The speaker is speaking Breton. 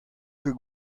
ket